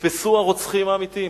נתפסו הרוצחים האמיתיים.